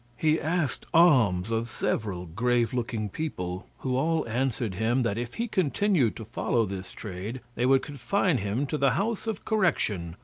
he asked alms of several grave-looking people, who all answered him, that if he continued to follow this trade they would confine him to the house of correction,